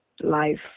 life